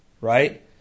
right